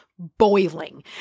boiling